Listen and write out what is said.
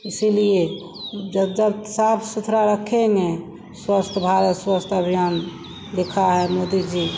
इसीलिए जब जब साफ़ सुथरा रखेंगे स्वस्च्थ भारत स्वच्छ अभियान लिखा है मोदी जी